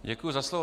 Děkuji za slovo.